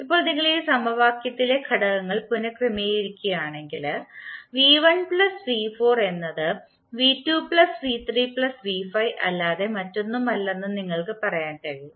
ഇപ്പോൾ നിങ്ങൾ ഈ സമവാക്യത്തിലെ ഘടകങ്ങൾ പുനർക്രമീകരിക്കുകയാണെങ്കിൽ v1 v4 എന്നത് v2 v3 v5 അല്ലാതെ മറ്റൊന്നുമല്ലെന്ന് നിങ്ങൾക്ക് പറയാൻ കഴിയും